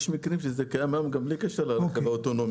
יש מקרים שזה קיים בהם היום גם בלי קשר לרכב האוטונומי.